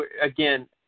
again